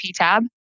PTAB